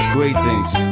Greetings